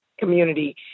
Community